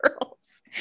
girls